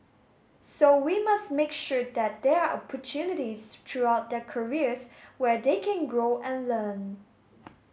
so we must make sure that there are opportunities throughout their careers where they can grow and learn